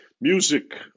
music